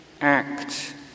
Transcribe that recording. act